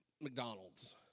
McDonald's